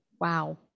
Wow